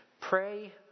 pray